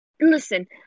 Listen